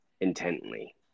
intently